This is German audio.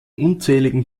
unzähligen